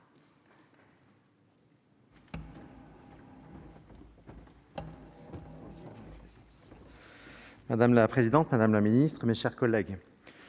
Madame la présidente, madame la Ministre, mes chers collègues,